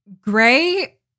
gray